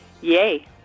Yay